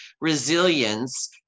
resilience